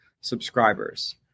subscribers